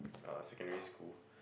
uh secondary school